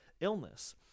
illness